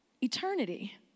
eternity